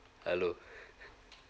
hello